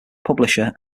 publisher